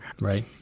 Right